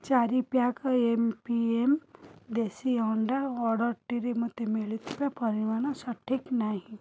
ଚାରି pack M P M ଦେଶୀ ଅଣ୍ଡା ଅର୍ଡ଼ର୍ଟିରେ ମୋତେ ମିଳିଥିବା ପରିମାଣ ସଠିକ୍ ନାହିଁ